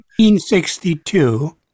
1962